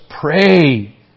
pray